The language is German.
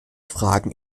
fragen